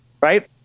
right